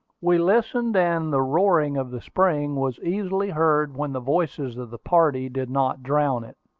we listened, and the roaring of the spring was easily heard when the voices of the party did not drown it.